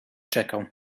czekał